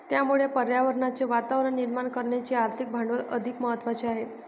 त्यामुळे पर्यावरणाचे वातावरण निर्माण करण्याचे आर्थिक भांडवल अधिक महत्त्वाचे आहे